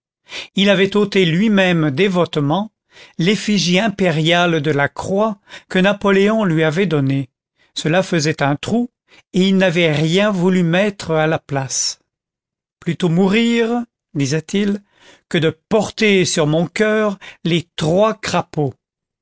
il avait ôté lui-même dévotement l'effigie impériale de la croix que napoléon lui avait donnée cela faisait un trou et il n'avait rien voulu mettre à la place plutôt mourir disait-il que de porter sur mon coeur les trois crapauds